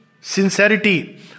sincerity